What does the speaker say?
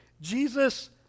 Jesus